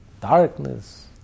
darkness